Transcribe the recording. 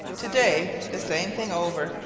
today the same thing over.